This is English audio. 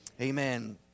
amen